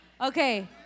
Okay